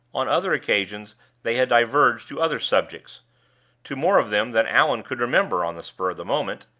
on other occasions they had diverged to other subjects to more of them than allan could remember, on the spur of the moment.